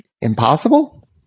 impossible